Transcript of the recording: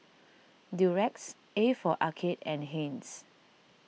Durex A for Arcade and Heinz